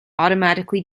automatically